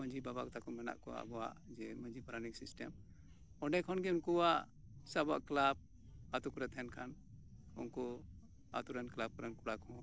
ᱢᱟᱹᱡᱷᱤ ᱵᱟᱵᱟ ᱛᱟᱠᱚ ᱢᱮᱱᱟᱜ ᱠᱚᱣᱟ ᱟᱵᱚᱣᱟᱜ ᱡᱮ ᱢᱟᱹᱡᱷᱤ ᱯᱟᱨᱟᱱᱤᱠ ᱥᱤᱥᱴᱮᱢ ᱚᱸᱰᱮ ᱠᱷᱚᱱ ᱜᱮ ᱩᱱᱠᱩᱣᱟᱜ ᱥᱮ ᱟᱵᱚᱣᱟᱜ ᱠᱞᱟᱵᱽ ᱟᱹᱛᱳ ᱠᱚᱨᱮ ᱛᱟᱦᱮᱱ ᱠᱷᱟᱱ ᱩᱱᱠᱩ ᱟᱹᱛᱳ ᱨᱮᱱ ᱠᱞᱟᱵᱽ ᱨᱮᱱ ᱠᱚᱲᱟ ᱠᱚ